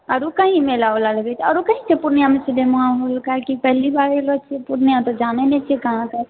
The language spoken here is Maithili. आरू कहीं मेला उला लगै छै आओरो कहीं छै पूर्णियामे सिनेमा हॉल काहे कि पहली बार अयलौं छियै पूर्णिया तऽ जानै नै छियै कि कहाँ कहाँ की छै